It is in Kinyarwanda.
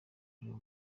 kureba